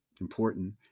important